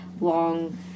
long